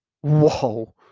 Whoa